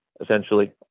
essentially